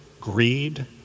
greed